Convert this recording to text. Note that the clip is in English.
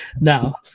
now